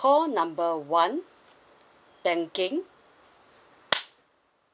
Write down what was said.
call number one banking